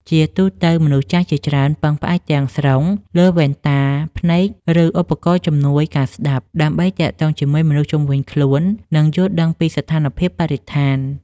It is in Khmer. ជាទូទៅ មនុស្សចាស់ជាច្រើនពឹងផ្អែកទាំងស្រុងលើវ៉ែនតាភ្នែក ឬឧបករណ៍ជំនួយការស្ដាប់ ដើម្បីទាក់ទងជាមួយមនុស្សជុំវិញខ្លួន និងយល់ដឹងពីស្ថានភាពបរិស្ថាន។